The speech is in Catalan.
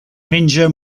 menja